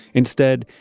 instead,